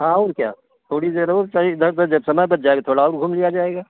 हाँ और क्या थोड़ी देर और सही दस बजे समय बच जाएगा तो थोड़ा और घूम लिया जायगा